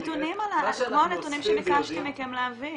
מה שאנחנו אוספים ויודעים --- נתונים כמו הנתונים שביקשתי מכם להביא.